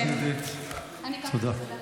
תודה.